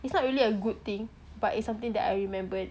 it's not really a good thing but it's something that I remembered